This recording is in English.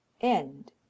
End